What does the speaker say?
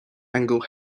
engel